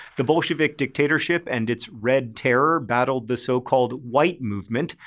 the bolshevik dictatorship and its red terror battled the so-called white movement,